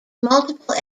multiple